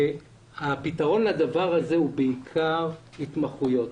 הפתרון לדבר הזה הוא בעיקר התמחויות.